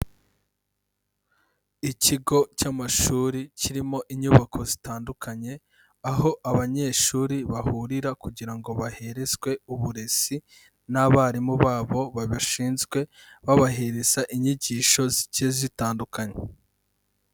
Ikigo cy'amashuri kirimo inyubako zitandukanye, aho abanyeshuri bahurira kugira ngo baherezwe uburezi n'abarimu babo babishinzwe, babahereza inyigisho zigiye zitandukanye.